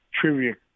trivia